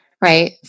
right